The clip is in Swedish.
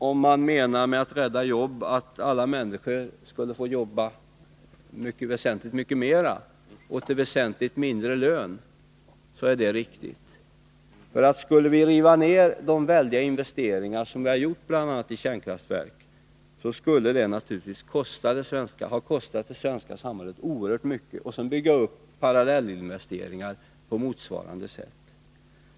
Om man med att rädda jobb menar att alla människor skall få jobba väsentligt mycket mer till väsentligt lägre lön så är det riktigt. Skulle vi riva ner de väldiga investeringar vi har gjort bl.a. i kärnkraftverk och sedan bygga upp parallellinvesteringar på motsvarande sätt skulle det naturligtvis kosta det svenska samhället oerhört mycket.